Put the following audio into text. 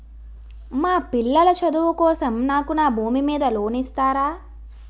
మా పిల్లల చదువు కోసం నాకు నా భూమి మీద లోన్ ఇస్తారా?